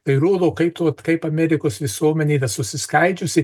tai rodo kaip vat kaip amerikos visuomenė yra susiskaidžiusi